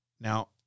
Now